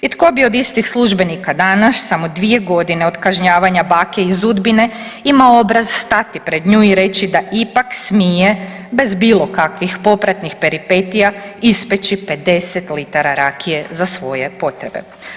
I tko bi od istih službenika danas samo dvije godine od kažnjavanja bake iz Udbine imao obraz stati pred nju i reći da ipak smije bez bilo kakvih popratnih peripetija ispeći 50 litara rakije za svoje potrebe?